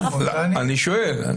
אז אני שואל.